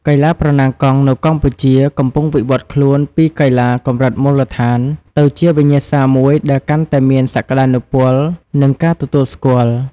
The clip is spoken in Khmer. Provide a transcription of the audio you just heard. កីឡាប្រណាំងកង់នៅកម្ពុជាកំពុងវិវត្តខ្លួនពីកីឡាកម្រិតមូលដ្ឋាន ទៅជាវិញ្ញាសាមួយដែលកាន់តែមានសក្ដានុពល និងការទទួលស្គាល់។